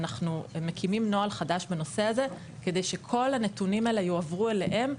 אנחנו מקימים נוהל חדש בנושא הזה כדי שכל הנתונים האלה יועברו אליהם,